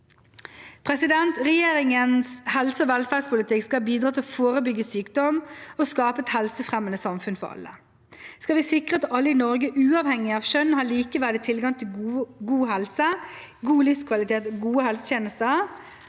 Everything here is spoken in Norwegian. utsatte. Regjeringens helse- og velferdspolitikk skal bidra til å forebygge sykdom og skape et helsefremmende samfunn for alle. Skal vi sikre at alle i Norge, uavhengig av kjønn, har likeverdig tilgang på god helse, god livskvalitet og gode helsetjenester,